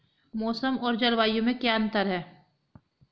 मौसम और जलवायु में क्या अंतर?